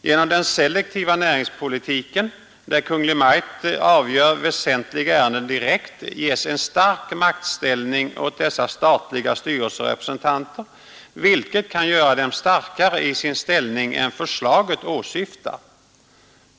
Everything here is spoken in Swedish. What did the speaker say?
Genom den selektiva näringspolitiken, där Kungl. Maj:t avgör väsentliga ärenden direkt, ges en stark maktställning åt dessa statliga styrelserepresentanter, vilket kan göra dem starkare i sin ställning än förslaget åsyftar.